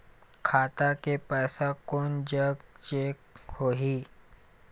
खाता के पैसा कोन जग चेक होही?